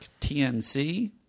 TNC